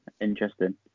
Interesting